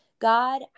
God